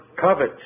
covet